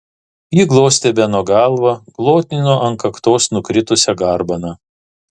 ji glostė beno galvą glotnino ant kaktos nukritusią garbaną